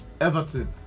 Everton